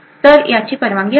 तर याची परवानगी असते